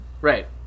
Right